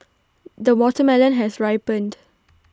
the watermelon has ripened